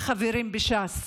החברים בש"ס.